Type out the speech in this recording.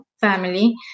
family